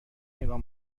نگاه